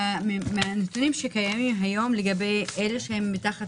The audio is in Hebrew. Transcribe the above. מהנתונים שקיימים היום לגבי אלה שהם מתחת